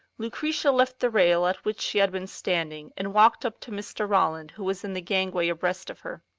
lucretia left the rail at which she had been standing, and walked up to mr. ralland, who was in the gangway abreast of her.